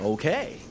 Okay